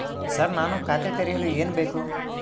Sir ನಾನು ಖಾತೆ ತೆರೆಯಲು ಏನು ಬೇಕು?